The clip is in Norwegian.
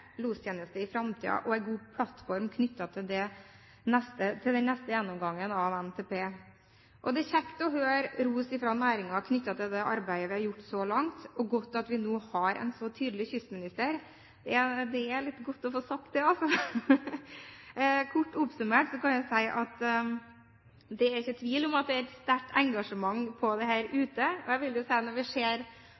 lostjeneste i framtiden og en plattform knyttet til den neste gjennomgangen av Nasjonal transportplan. Det er kjekt å høre ros fra næringen knyttet til det arbeidet vi har gjort så langt, og godt at vi nå har en så tydelig kystminister – det er litt godt å få sagt det! Kort oppsummert kan jeg si at det er ikke tvil om at det er et sterkt engasjement om dette ute. Jeg vil si at når jeg ser ut i salen her,